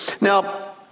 Now